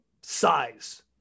size